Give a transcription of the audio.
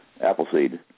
Appleseed